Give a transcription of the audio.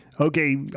okay